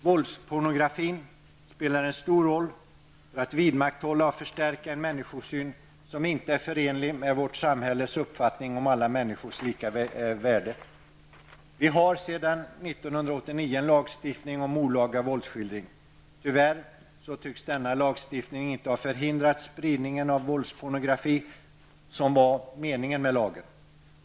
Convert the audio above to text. Våldspornografin spelar en stor roll för att vidmakthålla och förstärka en människosyn som inte är förenlig med vårt samhälles uppfattning om alla människors lika värde. Vi har sedan 1989 en lagstiftning om olaga våldsskildring. Tyvärr tycks denna lagstiftning inte ha förhindrat spridningen av våldspornografi, vilket var meningen med lagen.